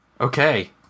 Okay